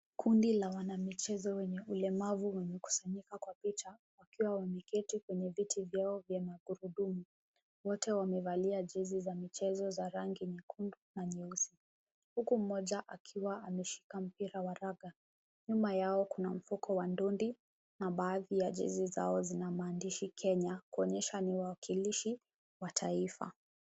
Kundi la wanamichezo wenye ulemavu wamekusanyika kwa picha wakiwa wameketi kwenye viti vyao vya magurudumu. Wote wamevalia jezi za michezo za rangi nyekundu na nyeusi huku mmoja akiwa ameshika mpira wa raga. Nyuma yao kuna mfuko wa dondi na baadhi ya jezi zao zina maandishi Kenya kuonyesha kuwa ni wawakilishi wa taifa.